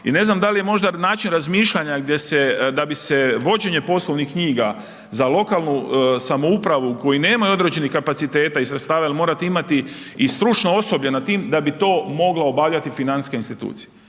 i ne znam da li je možda način razmišljanja gdje se, da bi se vođenje poslovnih knjiga za lokalnu samoupravu koji nemaju određenih kapaciteta i sredstava jer morate imati i stručno osoblje nad tim da bi to mogla financijska institucija.